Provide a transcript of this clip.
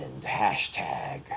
Hashtag